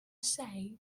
say